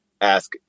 ask